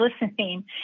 listening